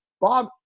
Bob